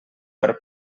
per